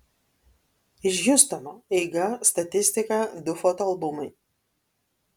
iš hjustono eiga statistika du foto albumai